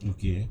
okay ah